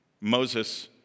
Moses